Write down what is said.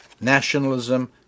Nationalism